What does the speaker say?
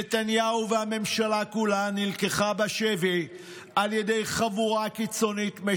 נתניהו והממשלה כולה נלקחו בשבי על ידי חבורה משיחית קיצונית.